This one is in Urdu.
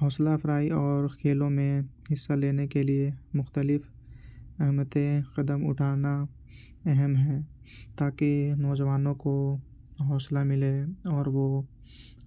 حوصلہ افزائی اور کھیلوں میں حصہ لینے کے لیے مختلف اہمیتی قدم اٹھانا اہم ہیں تاکہ نوجوانوں کو حوصلہ ملے اور وہ